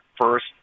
first